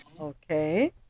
okay